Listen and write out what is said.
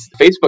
Facebook